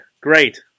great